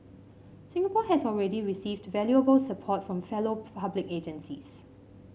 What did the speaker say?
Singapore has already received valuable support from fellow public agencies